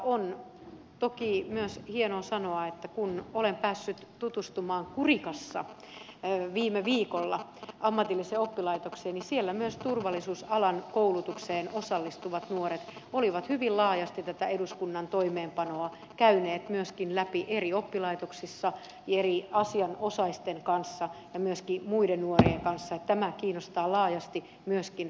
on toki myös hienoa sanoa että kun olen päässyt tutustumaan kurikassa viime viikolla ammatilliseen oppilaitokseen niin siellä myös turvallisuusalan koulutukseen osallistuvat nuoret olivat hyvin laajasti tätä eduskunnan toimeenpanoa käyneet läpi eri oppilaitoksissa eri asianosaisten kanssa ja myöskin muiden nuorien kanssa eli tämä kiinnostaa laajasti myöskin